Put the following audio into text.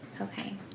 Okay